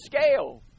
scale